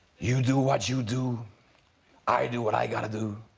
you do what you do i do what i gotta do